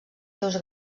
seus